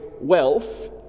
wealth